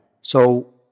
So-